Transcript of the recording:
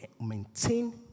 maintain